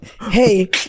hey